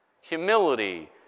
humility